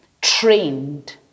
trained